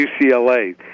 UCLA